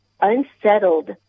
unsettled